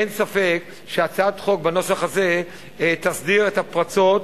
אין ספק שהצעת חוק בנוסח הזה תסדיר את הפרצות,